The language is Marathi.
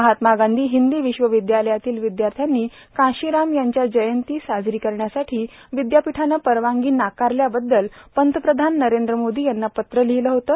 महात्मा गांधी हिंदी विश्वविदयालयातील विदयार्थ्यांनी कांशीराम यांच्या जयंती साजरी करण्यासाठी विदयापीठाने परवानगी नाकारल्याबददल पंतप्रधान नरेंद्र मोदी यांना पत्र लिहीलं होतं